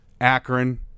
Akron